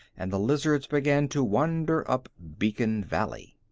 and the lizards began to wander up beacon valley.